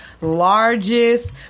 largest